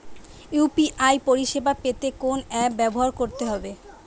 UPI পরিসেবা পেতে কোন অ্যাপ ব্যবহার করতে হবে?